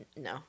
No